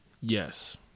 Yes